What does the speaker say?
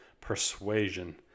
persuasion